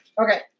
okay